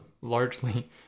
largely